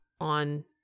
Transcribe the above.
on